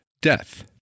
death